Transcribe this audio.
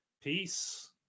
Peace